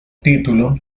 título